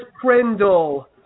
Prindle